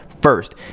first